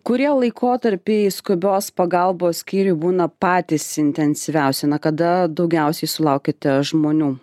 kurie laikotarpiai skubios pagalbos skyriuj būna patys intensyviausi na kada daugiausiai sulaukiate žmonių